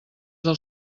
del